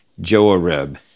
Joarib